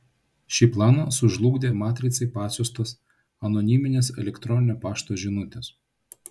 šį planą sužlugdė matricai pasiųstos anoniminės elektroninio pašto žinutės